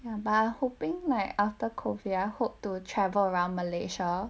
ya but I hoping like after covid I hope to travel around malaysia